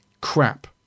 crap